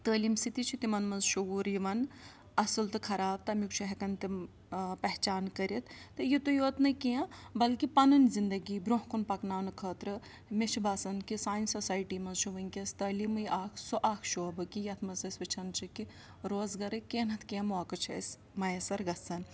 تٲلیٖم سۭتی چھِ تِمَن منٛز شعوٗر یِوان اَصٕل تہٕ خراب تَمیُک چھُ ہٮ۪کان تِم پہچان کٔرِتھ تہٕ یُتُے یوت نہٕ کیٚنٛہہ بلکہِ پَنٕنۍ زِندگی برٛونٛہہ کُن پَکناونہٕ خٲطرٕ مےٚ چھُ باسان کہِ سانہِ سوسایٹی منٛز چھُ وٕنۍکٮ۪س تٲلیٖمٕے اَکھ سُہ اَکھ شوبہٕ کہِ یَتھ منٛز أسۍ وٕچھان چھِ کہِ روزگارکۍ کیٚنٛہہ نَتہٕ کیٚنٛہہ موقعہٕ چھِ اَسہِ میسر گژھان